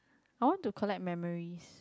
I want to collect memories